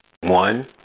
One